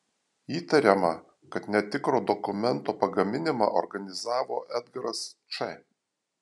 įtariama kad netikro dokumento pagaminimą organizavo edgaras č